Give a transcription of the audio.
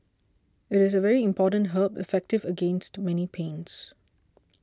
it is a very important herb effective against many pains